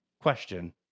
question